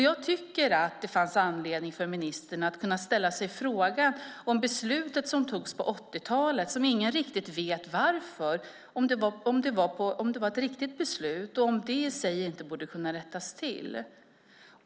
Jag tycker att det fanns anledning för ministern att ställa sig frågan om beslutet som togs på 80-talet, som ingen riktigt vet varför, var ett riktigt beslut och om det i sig inte borde kunna rättas till.